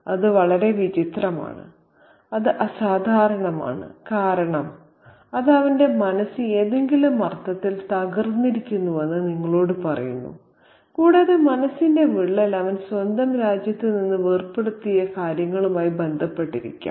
അത് വളരെ വിചിത്രമാണ് അത് അസാധാരണമാണ് കാരണം അത് അവന്റെ മനസ്സ് ഏതെങ്കിലും അർത്ഥത്തിൽ തകർന്നിരിക്കുന്നുവെന്ന് നിങ്ങളോട് പറയുന്നു കൂടാതെ മനസ്സിന്റെ വിള്ളൽ അവൻ സ്വന്തം രാജ്യത്ത് നിന്ന് വേർപെടുത്തിയ കാര്യങ്ങളുമായി ബന്ധപ്പെട്ടിരിക്കാം